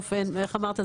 בסוף איך אמרת?